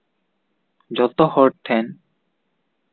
ᱡᱚᱛᱚ ᱦᱚᱲ ᱴᱷᱮᱱ